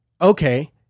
okay